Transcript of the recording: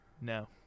No